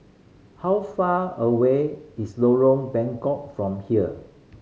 how far away is Lorong Bengkok from here